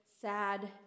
sad